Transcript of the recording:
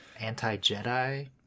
anti-Jedi